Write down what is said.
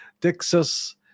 Texas